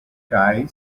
kaj